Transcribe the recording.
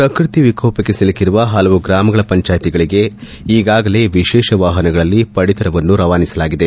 ಪ್ರಕೃತಿ ವಿಕೋಪಕ್ಷೆ ಸಿಲುಕಿರುವ ಹಲವು ಗ್ರಾಮಗಳ ಪಂಚಾಯಿತಿಗಳಿಗೆ ಈಗಾಗಲೇ ವಿಶೇಷ ವಾಹನಗಳಲ್ಲಿ ಪಡಿತರವನ್ನು ರವಾನಿಸಲಾಗಿದೆ